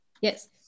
Yes